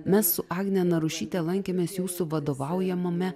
mes su agne narušyte lankėmės jūsų vadovaujamame